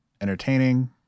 entertaining